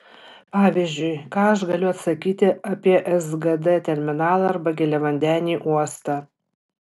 pavyzdžiui ką aš galiu atsakyti apie sgd terminalą arba giliavandenį uostą